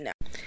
no